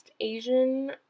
Asian